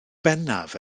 bennaf